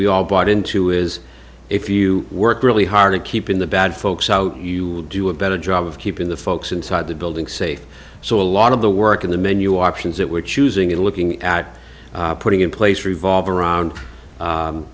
we all bought into is if you work really hard to keep in the bad folks out you do a better job of keeping the folks inside the building safe so a lot of the work in the menu options that we're choosing and looking at putting in place revolve around